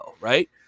right